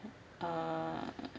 uh